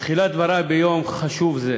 בתחילת דברי ביום חשוב זה